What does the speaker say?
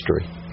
history